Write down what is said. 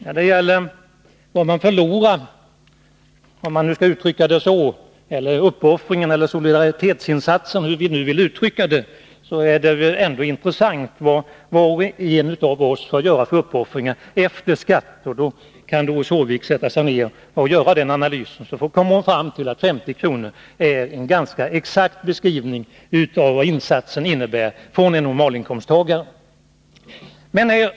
När det gäller den förlust, den solidaritetsinsats — eller hur vi nu vill uttrycka det—som var och en av oss skall göra är det väl trots allt intressant att veta hur stor uppoffringen blir efter skatt. Om fru Håvik sätter sig ner och gör den analysen, skall hon komma fram till att 50 kr. per månad är en ganska exakt angivelse av normalinkomsttagarens insats.